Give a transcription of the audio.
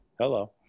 hello